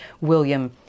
William